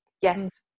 yes